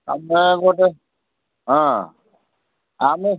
ଆମେ ଗୋଟେ ହଁ ଆମେ